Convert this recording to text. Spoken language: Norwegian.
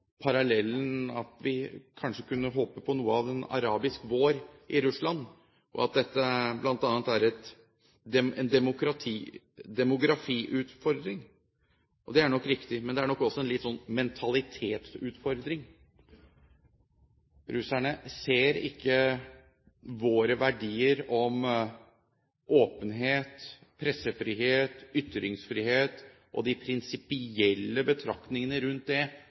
parallellen, at vi kanskje kunne håpe på noe av den arabiske våren i Russland, og at dette bl.a. er en demografiutfordring. Det er nok riktig, men det er nok også en litt sånn mentalitetsutfordring. Russerne ser ikke våre verdier om åpenhet, pressefrihet, ytringsfrihet og de prinsipielle betraktningene rundt det